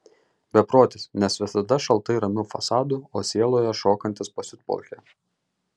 beprotis nes visada šaltai ramiu fasadu o sieloje šokantis pasiutpolkę